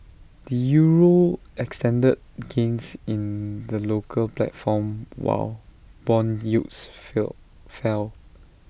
the euro extended gains in the local platform while Bond yields fell fell